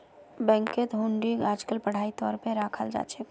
बैंकत हुंडीक आजकल पढ़ाई तौर पर रखाल जा छे